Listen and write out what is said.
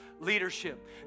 leadership